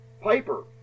Piper